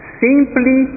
simply